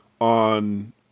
on